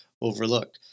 overlook